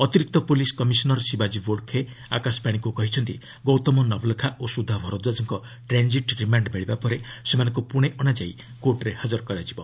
ଅତିରିକ୍ତ police commissioner ଶିବାଜୀ ବୋଡ୍ଖେ ଆକାଶବାଣୀକୁ କହିଛନ୍ତି ଗୌତମ ନବ୍ଲଖା ଓ ସୁଧା ଭରଦ୍ୱାଜଙ୍କ ଟ୍ରାଞ୍ଜିଟ୍ ରିମାଣ୍ଡ୍ ମିଳିବା ପରେ ସେମାନଙ୍କୁ ପୁଣେ ଅଣାଯାଇ କୋର୍ଟରେ ହାକର କରାଯିବ